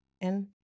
And-